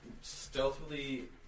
stealthily